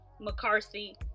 mccarthy